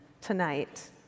tonight